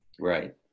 Right